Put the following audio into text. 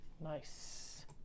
Nice